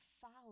follow